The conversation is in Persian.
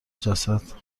جسد